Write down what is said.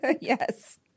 Yes